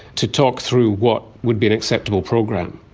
to talk through what would be an acceptable program.